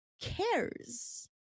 cares